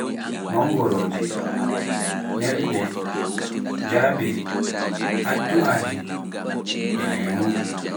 mangoro, nelɓe jaaɓe, addua'aje, lemu.